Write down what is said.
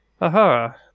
aha